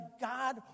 God